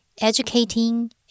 educating